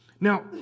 Now